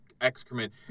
excrement